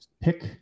pick